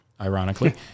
ironically